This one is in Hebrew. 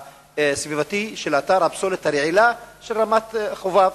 הסביבתי של אתר הפסולת הרעילה של רמת-חובב.